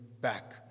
back